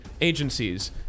agencies